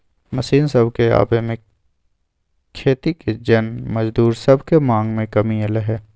machine सभके आबे से खेती के जन मजदूर सभके मांग में कमी अलै ह